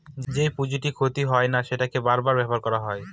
যেই পুঁজিটি ক্ষতি হয় না সেটাকে বার বার ব্যবহার করা হয়